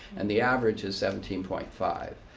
and the average is seventeen point five.